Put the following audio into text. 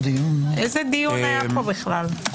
איזה דיון היה פה בכלל?